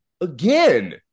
Again